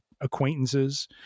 acquaintances